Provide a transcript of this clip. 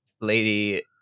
lady